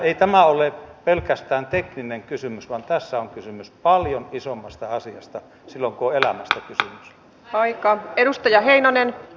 ei tämä ole pelkästään tekninen kysymys vaan tässä on kysymys paljon isommasta asiasta kun on elämästä kysymys